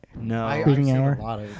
No